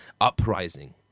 uprising